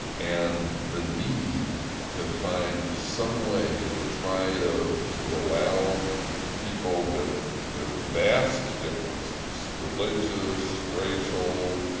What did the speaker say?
and the need to find some way to try to to allow people with with vast differences religious, racial,